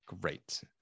Great